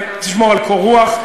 תשמור על קור רוח,